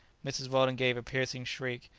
mrs. weldon gave a piercing shriek,